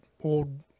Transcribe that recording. old